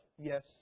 Yes